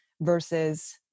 versus